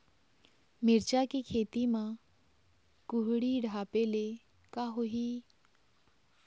मिरचा के खेती म कुहड़ी ढापे ले का होही?